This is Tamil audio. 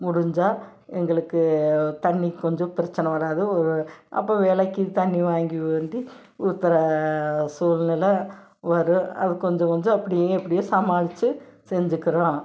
முடிஞ்சால் எங்களுக்கு தண்ணி கொஞ்சம் பிரச்சனை வராது அப்போ விலைக்கி தண்ணி வாங்கி வந்து ஊத்துற சூழ்நிலை வரும் அது கொஞ்சம் கொஞ்சம் அப்படியே எப்படியோ சமாளித்து செஞ்சிக்கிறோம்